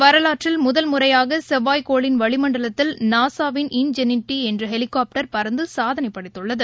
வரலாற்றில் முறையாகசெவ்வாய் கோளின் வளிமண்டலத்தில் நாசாவின் முதல் இன்ஜெனிட்டிஎன்றஹெலிகாப்டர் பறந்துசாதனைபடைத்துள்ளது